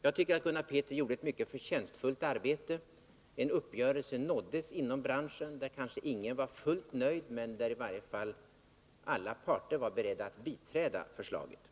Jag tycker att Gunnar Petri gjorde ett mycket förtjänstfullt arbete. En uppgörelse nåddes inom branschen, där kanske ingen var fullt nöjd men där i varje fall alla parter var beredda att biträda förslaget.